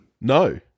No